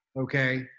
Okay